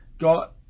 got